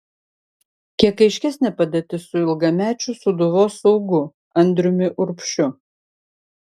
kiek aiškesnė padėtis su ilgamečiu sūduvos saugu andriumi urbšiu